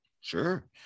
Sure